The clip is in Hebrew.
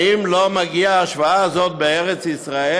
האם לא מגיעה ההשוואה הזאת בארץ-ישראל,